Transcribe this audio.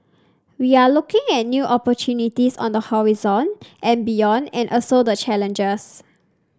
we are looking at new opportunities on the horizon and beyond and also the challenges